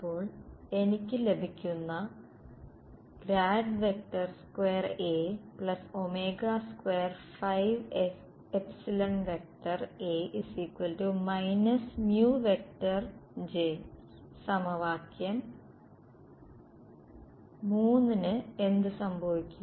അപ്പോൾ എനിക്ക് ലഭിക്കുന്ന സമവാക്യം 3 ന് എന്ത് സംഭവിക്കും